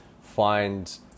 find